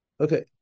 Okay